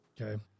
Okay